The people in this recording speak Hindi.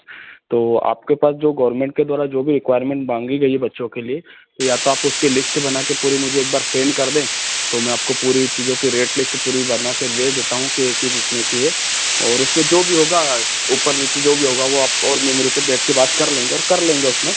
तो आपके पास जो गोरमेंट के द्वारा जो भी रिक्वायरमेंट माँगी गई है बच्चों के लिए या तो आप उसकी लिश्ट बना कर पूरे मुझे एक बार सेंड कर दें तो मैं आपको पूरी चीज़ों के रेट लिश्ट पूरी बना कर दे देता हूँ कि यह चीज़ इतने की है ओर उसको जो भी होगा ऊपर नीचे जो भी होगा वह आप ओर मे मिल के बेठ के बात कर लेंगे और कर लेंगे उसमें